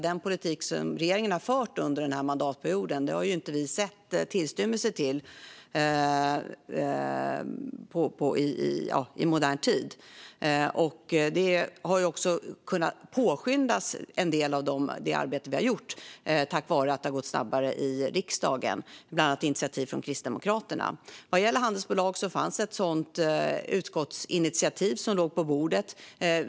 Den politik som regeringen har fört den här mandatperioden har det inte setts tillstymmelse till i modern tid. En del av det arbete vi har gjort har också kunnat påskyndas tack vare att det har gått snabbare i riksdagen, bland annat på initiativ från Kristdemokraterna. Vad gäller handelsbolag låg ett sådant utskottsinitiativ på bordet.